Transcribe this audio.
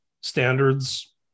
standards